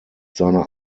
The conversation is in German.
seiner